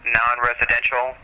non-residential